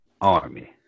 Army